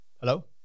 hello